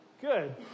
Good